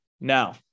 now